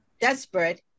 desperate